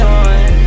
on